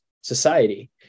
society